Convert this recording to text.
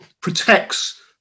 protects